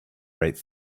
right